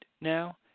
now